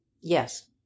Yes